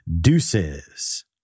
deuces